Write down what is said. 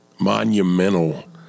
monumental